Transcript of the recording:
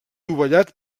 dovellat